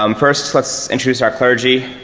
um first lets introduce our clergy.